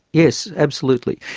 yes, absolutely.